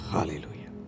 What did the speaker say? Hallelujah